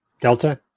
Delta